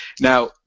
Now